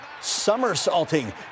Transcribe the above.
somersaulting